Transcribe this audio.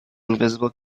invisible